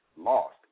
lost